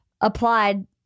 applied